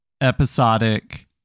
episodic